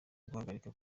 guhagarika